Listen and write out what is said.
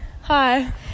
Hi